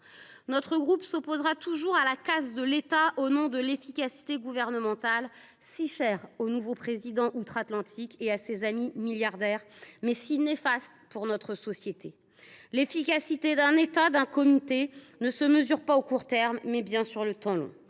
– Kanaky s’opposera toujours à la « casse » de l’État au nom de « l’efficacité gouvernementale », si chère au nouveau président outre Atlantique et à ses amis milliardaires, mais si néfaste pour notre société. L’efficacité d’un État, d’un comité, ne se mesure pas à court terme, mais s’évalue sur le temps long.